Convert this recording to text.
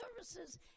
services